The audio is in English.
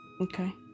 Okay